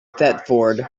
thetford